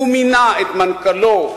הוא מינה את מנכ"לו,